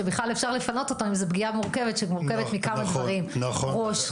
שבכלל אפשר לפנות אותם אם זו פגיעה מורכבת שמורכבת מכמה דברים: ראש,